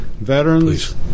Veterans